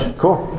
cool